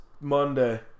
Monday